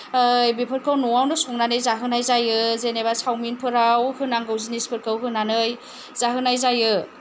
बेफोरखौ न'आवनो संनानै जाहोनाय जायो जेनेबा सावमिनफोराव होनांगौ जिनिसफोरखौ होनानै जाहोनाय जायो